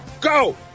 go